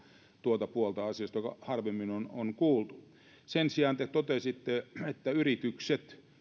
tuota puolta asiasta jota harvemmin on on kuultu sen sijaan te totesitte että yritykset